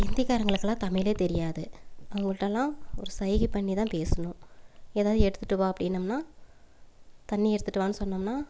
ஹிந்திக்காரர்களுக்கெல்லாம் தமிழே தெரியாது அவங்கள்கிட்ட எல்லாம் ஒரு சைகை பண்ணிதான் பேசணும் ஏதாவது எடுத்துகிட்டு வா அப்படின்னோம்னால் தண்ணி எடுத்துகிட்டு வா சொன்னோம்னால்